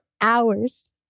hours